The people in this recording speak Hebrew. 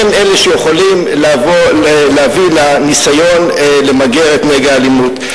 זה מה שיכול להביא לניסיון למגר את נגע האלימות.